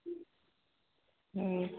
ହୁଁ